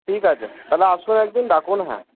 ঠিক আছে তাহলে আসুন একদিন ডাকুন হ্যাঁ